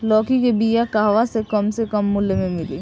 लौकी के बिया कहवा से कम से कम मूल्य मे मिली?